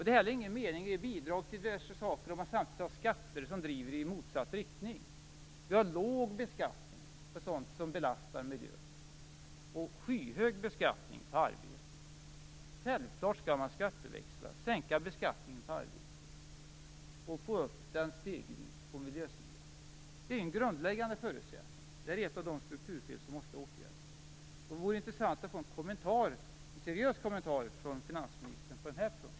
Det är heller inte någon mening med att ge bidrag till diverse saker om man samtidigt har skatter som driver i motsatt riktning. Vi har låg beskattning på sådant som belastar miljön och skyhög beskattning på arbete. Självklart skall man skatteväxla, sänka beskattningen på arbete och få upp den stegvis på miljösidan. Det är en grundläggande förutsättning. Det här är ett av de strukturfel som måste åtgärdas. Det vore intressant att få en seriös kommentar av finansministern på den här punkten.